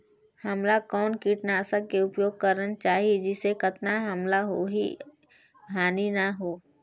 हमला कौन किटनाशक के उपयोग करन चाही जिसे कतना हमला कोई हानि न हो?